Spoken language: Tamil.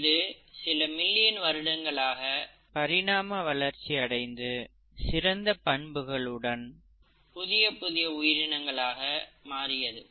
இது சில மில்லியன் வருடங்களாக பரிணாம வளர்ச்சி அடைந்து சிறந்த பண்புகளுடன் புதிய புதிய உயிரினங்கள் ஆக மாறியது